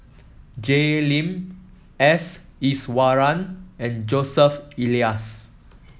Jay Lim S Iswaran and Joseph Elias